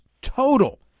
total